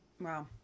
Wow